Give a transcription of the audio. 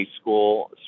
school